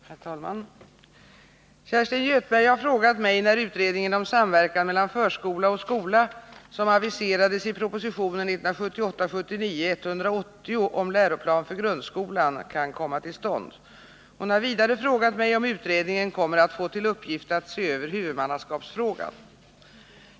Herr talman! Kerstin Göthberg har frågat mig när utredningen om samverkan mellan förskola och skola som aviserades i propositionen 1978/79:180 om läroplan för grundskolan kan komma till stånd. Hon har vidare frågat mig om utredningen kommer att få till uppgift att se över huvudmannaskapsfrågan.